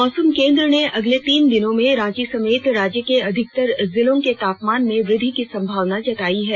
मौसम केंद्र ने अगले तीन दिनों में रांची समेत राज्य के अधिकतर जिलों के तापमान में वृद्वि की संभावना जताई है